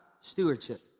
Stewardship